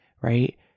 right